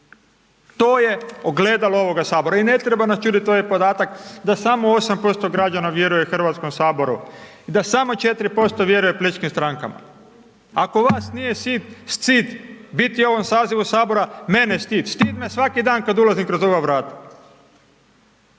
to je ogledalo ovoga HS i ne treba nas čuditi ovaj podatak da samo 8% građana vjeruje HS i da samo 4% vjeruje političkim strankama. Ako vas nije stid biti u ovom sazivu HS, mene je stid, stid me svaki dan kad ulazim kroz ova vrata.